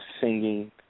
singing